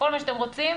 כל מה שאתם רוצים,